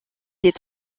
des